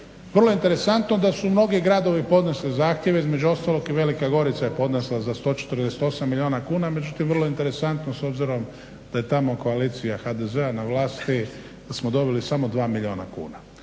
Vrlo je interesantno da su mnogi gradovi podnesli zahtjeve između ostalog i Velika Gorica je podnesla za 148 milijuna kuna međutim vrlo je interesantno s obzirom da je tamo koalicija HDZ-a na vlasti da smo dobili samo 2 milijuna kuna.